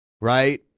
right